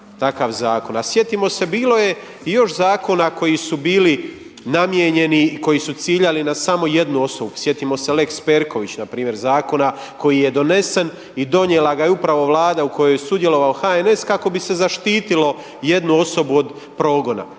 takav zakon. A sjetimo se, bilo je još zakona koji su bili namijenjeni i koji su ciljali na samo jednu osobu. Sjetimo se lex Perković na primjer zakona koji je donesen i donijela ga je upravo Vlada u kojoj je sudjelovao HNS kako bi se zaštitilo jednu osobu od progona.